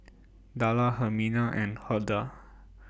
Darla Hermina and Huldah